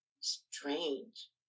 strange